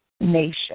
nation